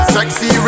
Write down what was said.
Sexy